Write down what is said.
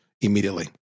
immediately